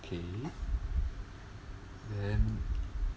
k then